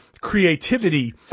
creativity